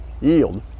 Yield